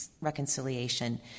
reconciliation